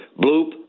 bloop